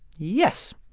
yes,